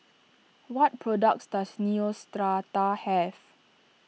what products does Neostrata have